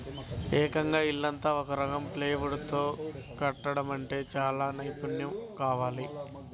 ఏకంగా ఇల్లంతా ఒక రకం ప్లైవుడ్ తో కట్టడమంటే చానా నైపున్నెం కావాలి